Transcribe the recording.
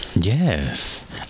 yes